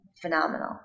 phenomenal